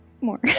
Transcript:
more